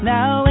Now